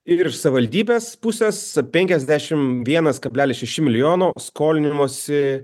ir iš savivaldybės pusės penkiasdešim vienas kablelis šeši milijono skolinimosi